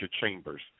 Chambers